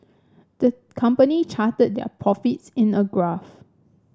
the company charted their profits in a graph